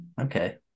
okay